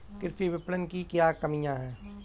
कृषि विपणन की क्या कमियाँ हैं?